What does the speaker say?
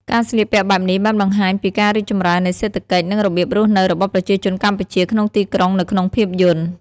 ការស្លៀកពាក់បែបនេះបានបង្ហាញពីការរីកចម្រើននៃសេដ្ឋកិច្ច និងរបៀបរស់នៅរបស់ប្រជាជនកម្ពុជាក្នុងទីក្រុងនៅក្នុងភាពយន្ត។